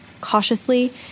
Cautiously